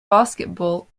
basketball